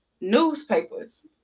newspapers